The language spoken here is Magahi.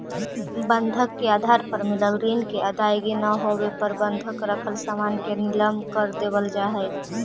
बंधक के आधार पर मिलल ऋण के अदायगी न होला पर बंधक रखल सामान के नीलम कर देवल जा हई